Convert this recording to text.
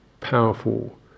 powerful